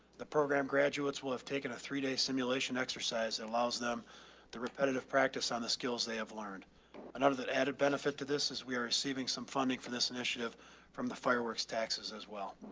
the program graduates will have taken a three day simulation exercise that allows them the repetitive practice on the skills they have learned and have that added benefit to this as we are receiving some funding for this initiative from the fireworks taxes as well.